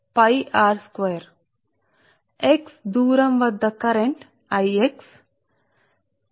కాబట్టి Xదూరం వద్ద కరెంట్ I x